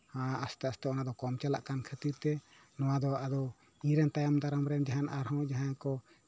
ᱟᱥᱛᱮ ᱟᱥᱛᱮ ᱚᱱᱟ ᱫᱚ ᱠᱚᱢ ᱪᱟᱞᱟᱜ ᱠᱟᱱ ᱠᱷᱟᱹᱛᱤᱨ ᱛᱮ ᱱᱚᱣᱟ ᱫᱚ ᱟᱫᱚ ᱤᱧ ᱨᱮᱱ ᱛᱟᱭᱚᱢ ᱫᱟᱨᱟᱢ ᱨᱮᱱ ᱡᱟᱦᱟᱱ ᱟᱨᱦᱚᱸ ᱡᱟᱦᱟᱭ ᱠᱚ